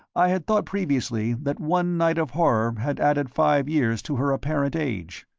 i had thought previously that one night of horror had added five years to her apparent age.